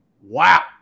Wow